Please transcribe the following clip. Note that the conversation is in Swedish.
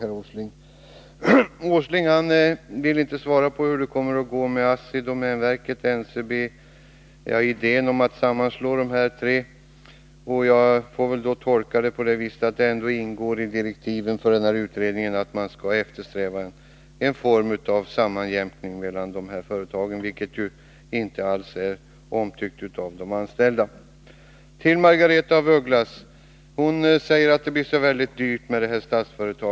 Herr Åsling vill inte svara på frågan hur det kommer att gå med ASSI, Domänverket och NCB och idén om att sammanslå dessa tre företag. Det får jag väl tolka på det viset att det ändå ingår i direktiven för utredningen att den skall eftersträva en form av sammanjämkning mellan de här företagen, vilket ju inte alls är omtyckt av de anställda. Margaretha af Ugglas säger att det blir så väldigt dyrt med Statsföretag.